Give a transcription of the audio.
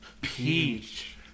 Peach